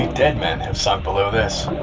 ah dead men have sunk below this.